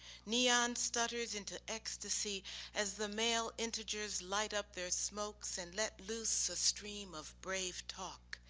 neon stutters into ecstasy as the male integers light up their smokes and let loose a stream of brave talk.